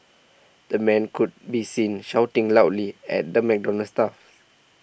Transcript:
the man could be seen shouting loudly at the McDonald's staffs